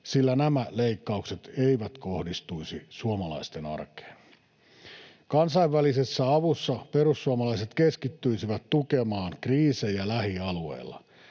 sillä nämä leikkaukset eivät kohdistuisi suomalaisten arkeen. Kansainvälisessä avussa perussuomalaiset keskittyisivät tukemaan kriisejä lähialueilla,